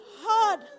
hard